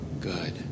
Good